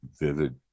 vivid